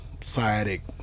sciatic